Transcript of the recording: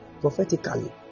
Prophetically